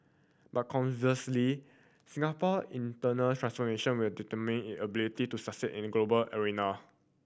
but conversely Singapore internal transformation will determine it ability to succeed in the global arena